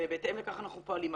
ובהתאם לכך אנחנו פועלים.